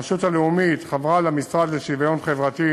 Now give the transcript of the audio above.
הרשות הלאומית חברה למשרד לשוויון חברתי